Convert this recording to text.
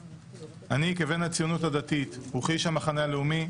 אני, כבן הציונות הדתית וכאיש המחנה הלאומי,